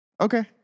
Okay